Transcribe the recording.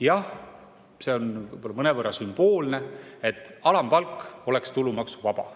võib-olla mõnevõrra sümboolne –, et alampalk oleks tulumaksuvaba.